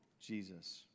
Jesus